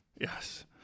Yes